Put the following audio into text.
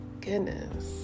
goodness